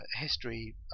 history